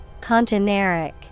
Congeneric